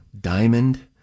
diamond